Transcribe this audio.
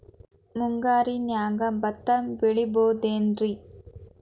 ಮುಂಗಾರಿನ್ಯಾಗ ಭತ್ತ ಬೆಳಿಬೊದೇನ್ರೇ?